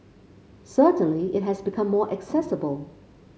certainly it has become more accessible